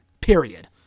Period